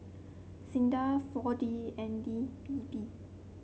SINDA four D and D P P